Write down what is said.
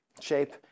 shape